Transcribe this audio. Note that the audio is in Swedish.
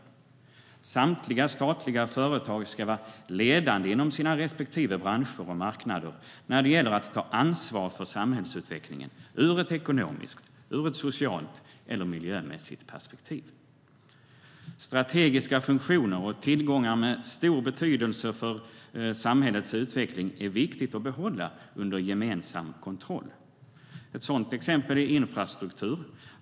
Samtliga statliga företag ska vara ledande inom sina respektive branscher och marknader när det gäller att ta ansvar för samhällsutvecklingen ur ett ekonomiskt, socialt och miljömässigt perspektiv. Strategiska funktioner och tillgångar med stor betydelse för samhällets utveckling är viktiga att behålla under gemensam kontroll. Ett sådant exempel är infrastruktur.